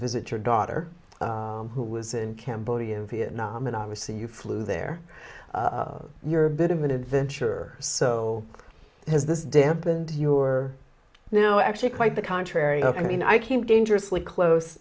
visit your daughter who was in cambodia vietnam and obviously you flew there you're a bit of an adventure so has this dampened your now actually quite the contrary i mean i came dangerously close